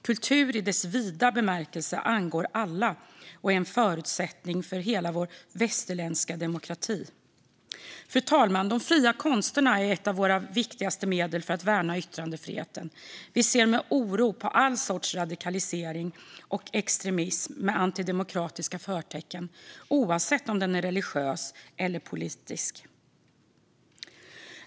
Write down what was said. Kultur i dess vida bemärkelse angår alla och är en förutsättning för hela vår västerländska demokrati. Fru talman! De fria konsterna är ett av våra viktigaste medel för att värna yttrandefriheten. Vi ser med oro på all sorts radikalisering och extremism med antidemokratiska förtecken, oavsett om den är religiös eller politisk.